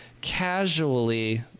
casually